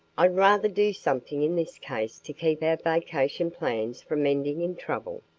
i'd rather do something in this case to keep our vacation plans from ending in trouble.